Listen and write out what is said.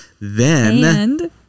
Then-